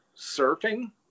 Surfing